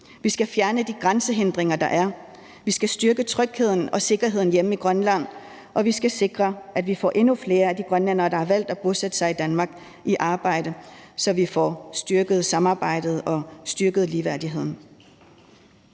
Vi skal fjerne de grænsehindringer, der er. Vi skal styrke trygheden og sikkerheden hjemme i Grønland, og vi skal sikre, at vi får endnu flere af de grønlændere, der har valgt at bosætte sig i Danmark, i arbejde, så vi får styrket samarbejdet og styrket ligeværdigheden.